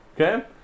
Okay